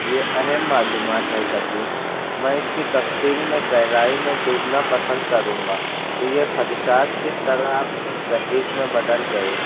یہ اہم معلومات ہے ذکی میں اس کی تفصیل میں گہرائی میں ڈوبنا پسند کروں گا کہ یہ خدشات کس طرح ایک تحریک میں بدل گئے